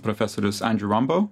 profesorius andžiu rambou